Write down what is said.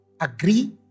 agree